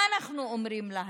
מה אנחנו אומרים להם,